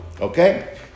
Okay